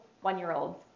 one-year-olds